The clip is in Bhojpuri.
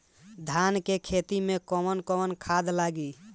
धान के खेती में कवन कवन खाद लागी?